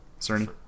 Cerny